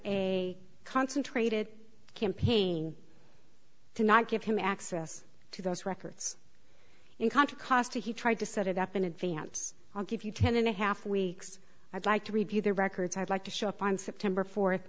a concentrated campaign to not give him access to those records in contra costa he tried to set it up in advance i'll give you ten and a half weeks i'd like to review the records i'd like to show up on september fourth